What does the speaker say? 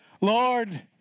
Lord